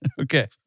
Okay